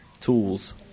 tools